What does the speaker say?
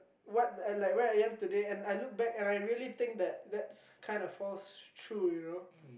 what like where I am today and I look back and I really think that that's kind of false true you know